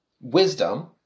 wisdom